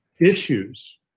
issues